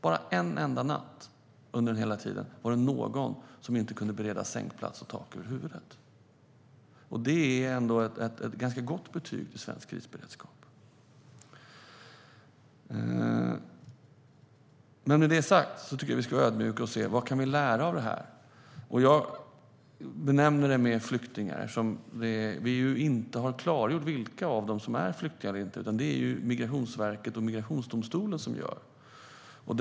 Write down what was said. Bara en enda natt under hela den här tiden var det någon som inte kunde beredas sängplats och tak över huvudet. Det är ändå ett ganska gott betyg för svensk krisberedskap. Men med det sagt tycker jag att vi ska vara ödmjuka och se vad vi kan lära av det här. Jag benämner dessa personer flyktingar, men vi har inte klargjort vilka av dem som är flyktingar och inte, utan det är Migrationsverket och migrationsdomstolen som gör det.